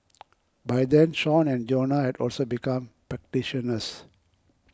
by then Sean and Jonah had also become practitioners